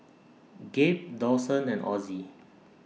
Gabe Dawson and Ozzie